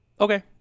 Okay